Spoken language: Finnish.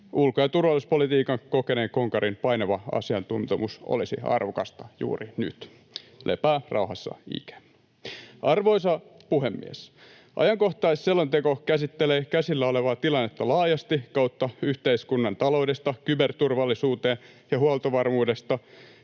Ulko- ja turvallisuuspolitiikan kokeneen konkarin painava asiantuntemus olisi arvokasta juuri nyt. Lepää rauhassa, Ike. Arvoisa puhemies! Ajankohtaisselonteko käsittelee käsillä olevaa tilannetta laajasti kautta yhteiskunnan, taloudesta kyberturvallisuuteen ja huoltovarmuudesta